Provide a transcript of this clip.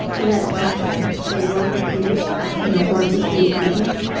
let tasha comfortably work with you, i cannot work with you either.